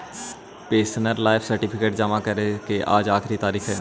pensioner life certificate जमा करे के आज आखिरी तारीख हइ